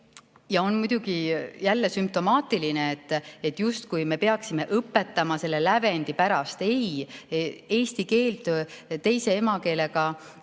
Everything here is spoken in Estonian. On muidugi jälle sümptomaatiline, justkui me peaksime õpetama selle lävendi pärast. Ei, eesti keelt teise emakeelega